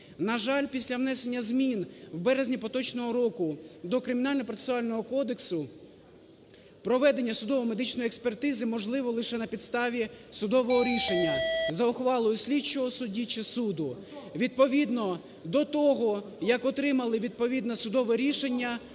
На жаль, після внесення змін в березні поточного року до Кримінально-процесуального кодексу, проведення судово-медичної експертизи можливо лише на підставі судового рішення за ухвалою слідчого судді чи суду. Відповідно до того, як отримали відповідне судове рішення,